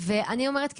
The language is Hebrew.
אני אומרת,